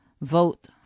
Vote